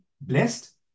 blessed